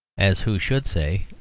as who should say,